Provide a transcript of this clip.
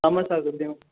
ਅੰਮ੍ਰਿਤਸਰ ਦੇ